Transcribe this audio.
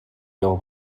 déu